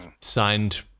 signed